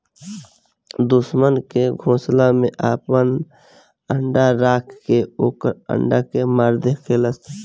दुश्मन के घोसला में आपन अंडा राख के ओकर अंडा के मार देहलखा